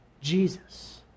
jesus